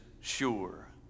sure